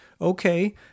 okay